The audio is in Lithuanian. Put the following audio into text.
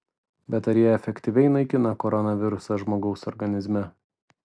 bet ar jie efektyviai naikina koronavirusą žmogaus organizme